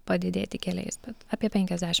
padidėti keliais bet apie penkiasdešim